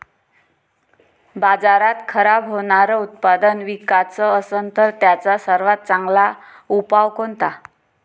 बाजारात खराब होनारं उत्पादन विकाच असन तर त्याचा सर्वात चांगला उपाव कोनता?